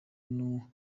n’umwanda